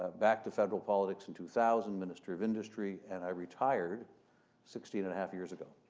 ah back to federal politics in two thousand, minister of industry and i retired sixteen and a half years ago.